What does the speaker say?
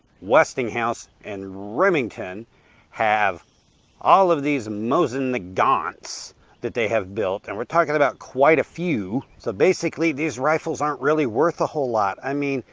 westinghouse and remington have all of these mosin nagants that they have built, and we're talking about quite a few. so basically, these rifles aren't really worth a whole lot. i mean,